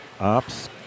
ops